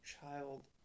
child